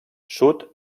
sud